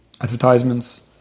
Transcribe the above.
advertisements